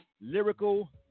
Lyrical